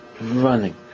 running